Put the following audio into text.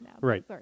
right